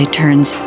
turns